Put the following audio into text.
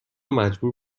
مجبور